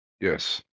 Yes